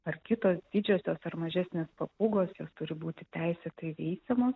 ar kitos didžiosios ar mažesnės papūgos jos turi būti teisėtai veisiamos